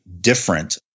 different